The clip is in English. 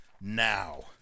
now